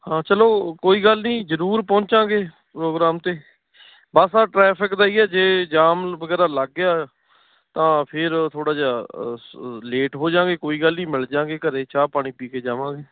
ਹਾਂ ਚਲੋ ਕੋਈ ਗੱਲ ਨਹੀਂ ਜਰੂਰ ਪਹੁੰਚਾਂਗੇ ਪ੍ਰੋਗਰਾਮ 'ਤੇ ਬਸ ਟਰੈਫਿਕ ਦਾ ਹੀ ਹੈ ਜੇ ਜਾਮ ਵਗੈਰਾ ਲੱਗ ਗਿਆ ਤਾਂ ਫਿਰ ਥੋੜ੍ਹਾ ਜਿਹਾ ਲੇਟ ਹੋ ਜਾਵਾਂਗੇ ਕੋਈ ਗੱਲ ਨਹੀਂ ਮਿਲ ਜਾਵਾਂਗੇ ਘਰੇ ਚਾਹ ਪਾਣੀ ਪੀ ਕੇ ਜਾਵਾਂਗੇ